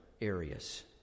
areas